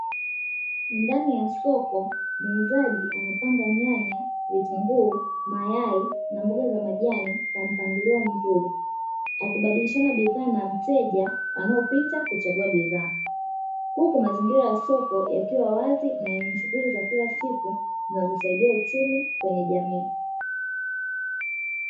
Ndani ya soko muuzaji amepanga nyanya, vitunguu, mayai na mboga za majani kwa mpangilio mzuri, akibadilishana bidhaa na mteja anayepita kuchagua bidhaa. Huku mazingira ya soko yakiwa wazi na yenye shughuli za kila siku, zinazosaidia uchumi kwenye jamii.